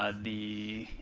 ah the